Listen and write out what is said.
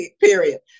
period